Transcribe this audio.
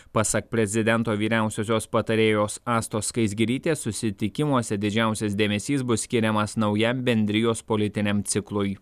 pasak prezidento vyriausiosios patarėjos astos skaisgirytės susitikimuose didžiausias dėmesys bus skiriamas naujam bendrijos politiniam ciklui